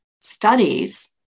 studies